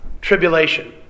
tribulation